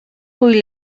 cull